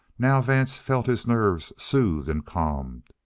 now vance felt his nerves soothed and calmed.